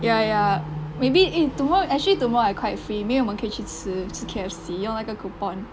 ya ya maybe eh tomorrow actually tomorrow I quite free maybe 我们可以去吃吃 K_F_C 用那个 coupon